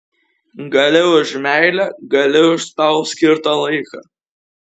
gali už meilę gali už tau skirtą laiką